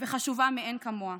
חשובה מאין כמוה,